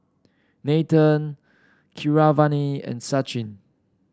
Nathan Keeravani and Sachin